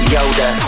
Yoda